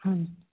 ਹਾਂਜੀ